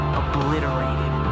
obliterated